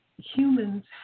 humans